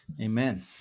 Amen